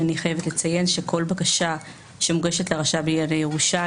אני חייבת לציין שכל בקשה שמוגשת לרשם לענייני ירושה,